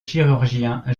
chirurgiens